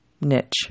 niche